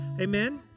Amen